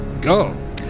Go